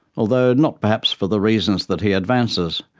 although not perhaps for the reasons that he advances.